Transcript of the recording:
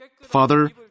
Father